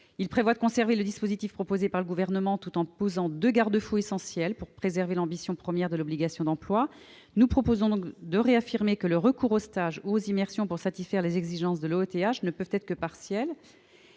qui tend à conserver le dispositif proposé par le Gouvernement, tout en posant deux garde-fous essentiels pour préserver l'ambition première de l'obligation d'emploi. Nous proposons donc de réaffirmer que le recours aux stages ou aux immersions pour satisfaire les exigences de l'OETH ne peut être que partiel,